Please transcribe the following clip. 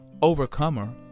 Overcomer